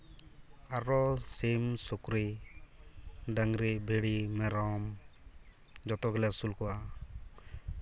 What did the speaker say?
ᱟᱨᱚ ᱥᱤᱢ ᱥᱩᱠᱨᱤ ᱰᱟᱝᱨᱤ ᱵᱷᱤᱲᱤ ᱢᱮᱨᱚᱢ ᱡᱚᱛᱚ ᱜᱮᱞᱮ ᱟᱹᱥᱩᱞ ᱠᱚᱣᱟ